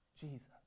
Jesus